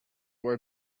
were